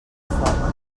foc